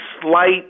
slight